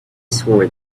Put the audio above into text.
swore